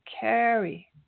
carry